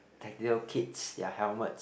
tactical kits their helmets